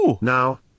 Now